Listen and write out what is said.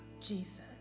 Jesus